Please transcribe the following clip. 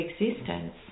existence